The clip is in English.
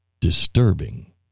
disturbing